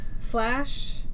Flash